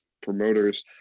promoters